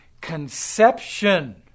conception